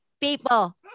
people